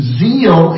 zeal